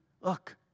Look